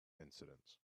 incidents